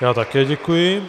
Já také děkuji.